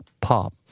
pop